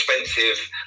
expensive